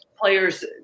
players